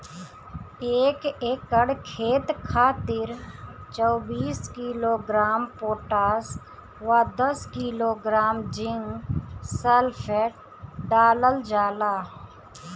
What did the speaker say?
एक एकड़ खेत खातिर चौबीस किलोग्राम पोटाश व दस किलोग्राम जिंक सल्फेट डालल जाला?